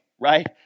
right